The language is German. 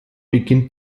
beginnt